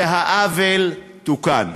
והעוול תוקן.